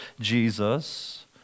Jesus